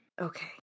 Okay